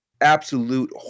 absolute